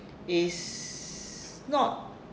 it's not